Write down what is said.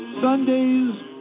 Sundays